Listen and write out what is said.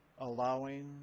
Allowing